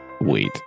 Wait